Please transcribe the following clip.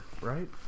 right